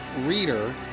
reader